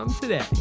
today